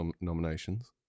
nominations